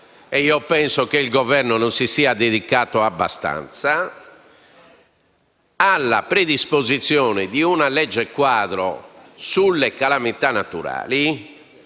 e penso che il Governo non si sia dedicato abbastanza - alla predisposizione di una legge quadro sulle calamità naturali